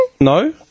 No